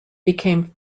became